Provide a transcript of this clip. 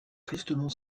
tristement